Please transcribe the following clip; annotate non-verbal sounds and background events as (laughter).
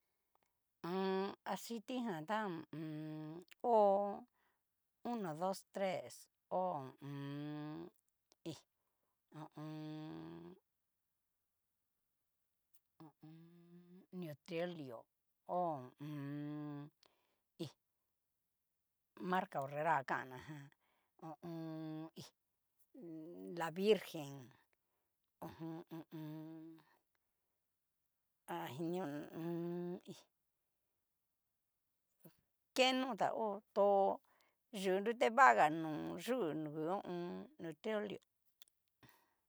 (hesitation) acitija ta hó uno dos tres ho ho u un. hí ho o on. ho o on. niotrolio, ho ho o on. hí marca ahorrera kan ná jan, ho o on. hí la virgen, ojun ho o on. hay ni o ho o on. hí ken notá ho tu yu nrute va ga no yú ngu ho o on. neutrolio.